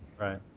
Right